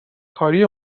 کاری